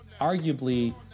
arguably